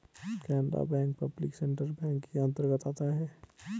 Canara bank public sector bank के अंतर्गत आता है